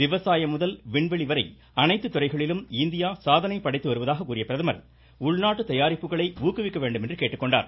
விவசாயம் முதல் விண்வெளி வரை அனைத்து துறைகளிலும் இந்தியா சாதனை படைத்து வருவதாக கூறிய பிரதமர் உள்நாட்டு தயாரிப்புகளை ஊக்குவிக்க வேண்டும் என கேட்டுக்கொண்டார்